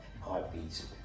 heartbeats